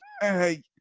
hey